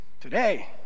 Today